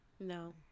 No